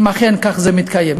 אם אכן כך זה מתקיים.